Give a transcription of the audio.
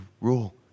rule